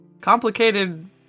complicated